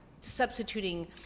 substituting